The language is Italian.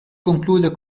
conclude